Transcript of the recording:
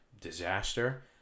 disaster